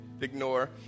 ignore